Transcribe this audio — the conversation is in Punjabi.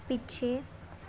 ਪਿੱਛੇ